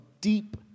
deep